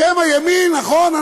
אתם הימין, נכון?